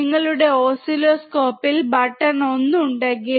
നിങ്ങളുടെ ഓസിലോസ്കോപ്പിൽ ബട്ടൺ ഒന്ന് ഉണ്ടെങ്കിൽ